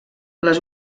les